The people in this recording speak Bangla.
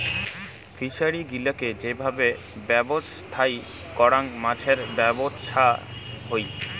ফিসারী গিলাকে যে ভাবে ব্যবছস্থাই করাং মাছের ব্যবছা হই